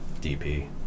dp